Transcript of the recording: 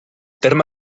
terme